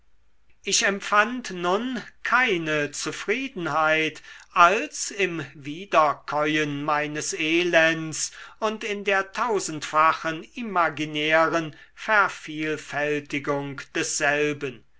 ich empfand nun keine zufriedenheit als im wiederkäuen meines elends und in der tausendfachen imaginären vervielfältigung desselben